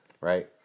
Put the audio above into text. Right